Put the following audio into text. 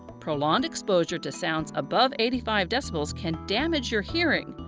prolonged exposure to sounds above eighty five decibels can damage your hearing,